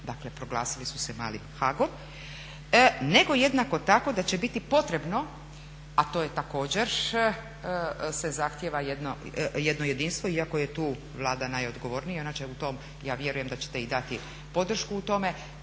Dakle, proglasili su se malim Haagom, nego jednako tako da će biti potrebno, a to je također se zahtijeva jedno jedinstvo, iako je tu Vlada najodgovornija. Ona će u tom, ja vjerujem da ćete i dati podršku u tome,